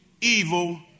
evil